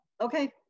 okay